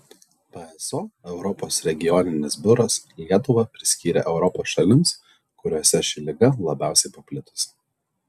pso europos regioninis biuras lietuvą priskyrė europos šalims kuriose ši liga labiausiai paplitusi